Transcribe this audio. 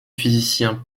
physicien